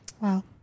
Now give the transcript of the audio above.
Wow